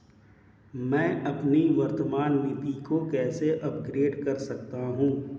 मैं अपनी वर्तमान नीति को कैसे अपग्रेड कर सकता हूँ?